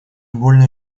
больно